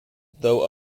though